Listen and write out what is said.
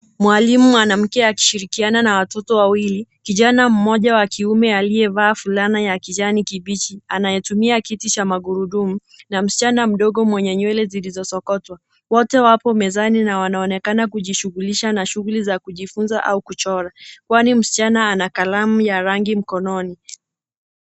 Mwalimu mwanamke akishirikiana na watoto wawili, kijana mmoja wa kiume aliyevaa fulana ya kijani kibichi anayetumia kiti cha magurudumu, na msichana mdogo mwenye nywele zilizosokotwa. Wote wapo mezani na wanaonekana kujishughulisha na shughuli za kujifunza au kuchora kwani msichana ana kalamu ya rangi mkononi.